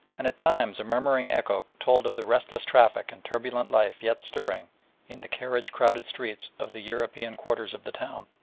and at times a murmuring echo told of the restless traffic and turbulent life yet stirring in the carriage-crowded streets of the european quarters of the town,